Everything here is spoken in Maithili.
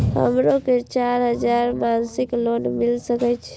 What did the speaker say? हमरो के चार हजार मासिक लोन मिल सके छे?